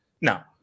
Now